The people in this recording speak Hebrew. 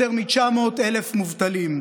יותר מ-900,000 מובטלים.